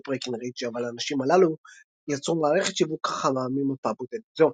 ברקנרידג' – אבל הנשים הללו יצרו מערכת שיווק חכמה ממפה בודדת זו.